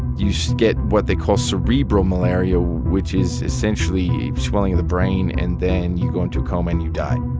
you so get what they call cerebral malaria, which is essentially swelling of the brain. and then you go into a coma and you die